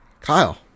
Kyle